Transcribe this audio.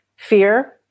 fear